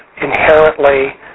inherently